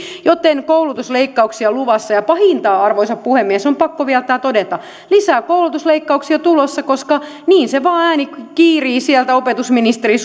joten koulutusleikkauksia on luvassa ja pahinta on arvoisa puhemies on pakko vielä tämä todeta että lisää koulutusleikkauksia on tulossa koska niin se vain ääni kiirii opetusministerin